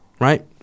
Right